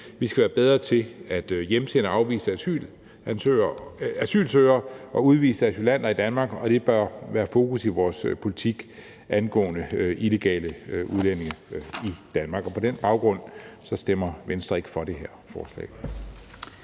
Vi skal være bedre til at hjemsende afviste asylsøgere og udviste asylanter i Danmark, og det bør være et fokus i vores politik angående illegale udlændinge i Danmark. På den baggrund stemmer Venstre ikke for det her forslag.